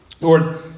Lord